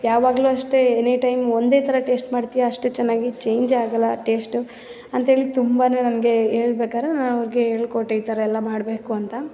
ಯಾವಾಗಲು ಅಷ್ಟೆ any time ಒಂದೇ ಥರ ಟೇಶ್ಟ್ ಮಾಡ್ತಿಯಾ ಅಷ್ಟು ಚೆನ್ನಾಗಿ ಚೇಂಜೆ ಆಗಲ್ಲ ಆ ಟೇಶ್ಟು ಅಂತಹೇಳಿ ತುಂಬಾ ನನಗೆ ಹೇಳ್ಬೇಕಾರೆ ನಾ ಅವ್ರಿಗೆ ಹೇಳ್ಕೊಟ್ಟೆ ಈ ಥರ ಎಲ್ಲ ಮಾಡಬೇಕು ಅಂತ